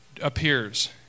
appears